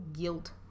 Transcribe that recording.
guilt